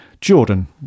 Jordan